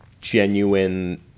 genuine